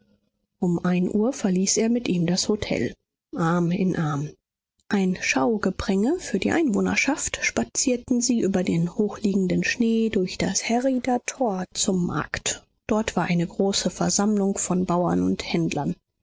um ein uhr verließ er mit ihm das hotel arm in arm ein schaugepränge für die einwohnerschaft spazierten sie über den hochliegenden schnee durch das herrieder tor zum markt dort war eine große versammlung von bauern und händlern